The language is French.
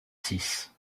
six